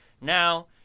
Now